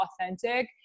authentic